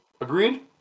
Agreed